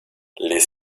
les